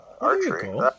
archery